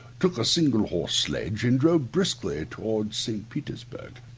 took a single horse sledge, and drove briskly towards st. petersburg.